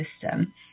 system